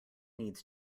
needs